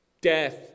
Death